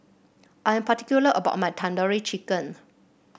I am particular about my Tandoori Chicken